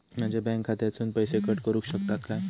माझ्या बँक खात्यासून पैसे कट करुक शकतात काय?